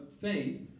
faith